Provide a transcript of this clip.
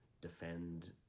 defend